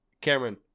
Cameron